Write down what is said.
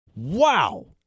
Wow